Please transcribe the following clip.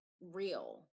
real